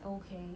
okay